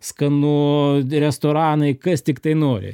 skanu restoranai kas tiktai nori